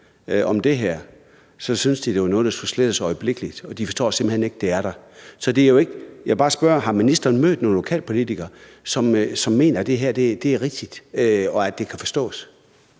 om det her, så synes de, det er noget, der skulle slettes øjeblikkelig, og de forstår simpelt hen ikke, at det er der. Så jeg vil bare spørge, om ministeren har mødt nogen lokalpolitikere, som mener, at det her er rigtigt, og at det kan forstås.